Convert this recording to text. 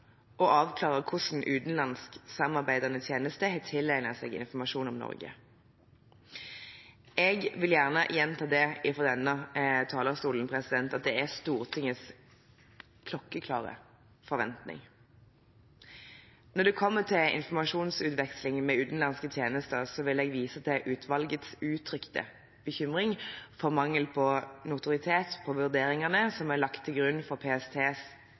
å avklare hvordan utenlandsk samarbeidende tjeneste har tilegnet seg informasjon om Norge. Jeg vil gjerne gjenta fra denne talerstolen at det er Stortingets klokkeklare forventning. Når det kommer til informasjonsutveksling med utenlandske tjenester, vil jeg vise til utvalgets uttrykte bekymring for mangel på notoritet på vurderingene som er lagt til grunn for PSTs